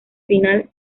final